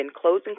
closing